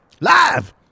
Live